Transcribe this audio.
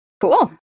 Cool